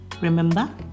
Remember